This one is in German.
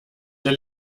der